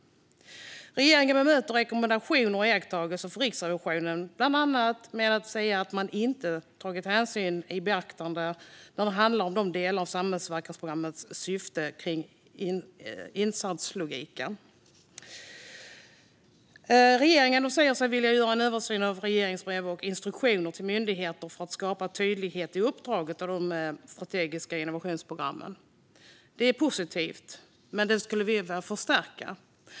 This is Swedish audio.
Regeringen bemöter rekommendationer och iakttagelser från Riksrevisionen med bland annat att hänsyn inte har tagits till de delar av samverkansprogrammen som handlar om syfte och insatslogik. Regeringen säger sig vilja göra en översyn av regleringsbrev och instruktioner till myndigheterna för att skapa tydlighet i uppdragen av de strategiska innovationsprogrammen. Det är positivt, men vi skulle vilja förstärka det.